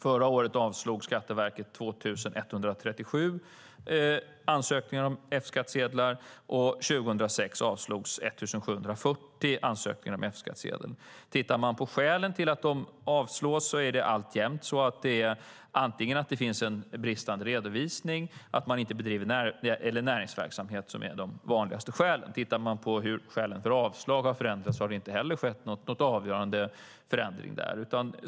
Förra året avslog Skatteverket 2 137 ansökningar om F-skattsedlar. År 2006 avslogs 1 740 ansökningar om F-skattsedel. De vanligaste skälen till att de avslås är alltjämt att det finns brister i redovisningen eller att näringsverksamhet inte bedrivs. Det har inte skett någon avgörande förändring vad gäller skälen till avslag.